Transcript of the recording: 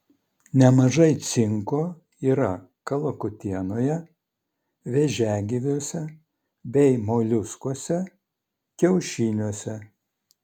nemažai cinko yra kalakutienoje vėžiagyviuose bei moliuskuose kiaušiniuose